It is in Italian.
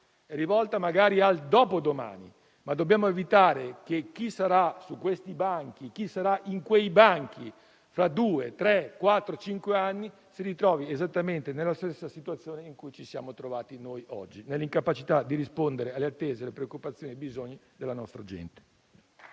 è rivolta magari al dopodomani. Dobbiamo però evitare che chi sarà su questi banchi e sui banchi del Parlamento tra due, tre, quattro o cinque anni, si ritrovi esattamente nella stessa situazione in cui ci siamo trovati oggi, ovvero nell'incapacità di rispondere alle attese, alle preoccupazioni e ai bisogni della nostra gente.